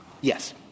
Yes